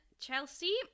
Chelsea